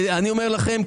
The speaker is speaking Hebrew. אני אומר לכם,